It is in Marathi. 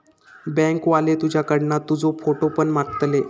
बँक वाले तुझ्याकडना तुजो फोटो पण मागतले